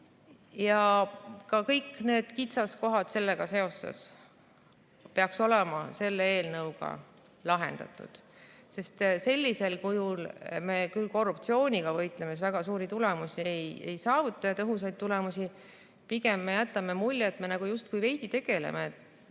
Ka kõik need kitsaskohad sellega seoses peaks olema selle eelnõuga lahendatud. Sest sellisel kujul me küll korruptsiooniga võitlemisel väga suuri ja tõhusaid tulemusi ei saavuta. Pigem me jätame mulje, et me justkui veidi tegeleme,